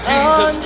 Jesus